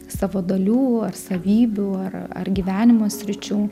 savo dalių ar savybių ar ar gyvenimo sričių